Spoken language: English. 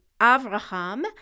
Avraham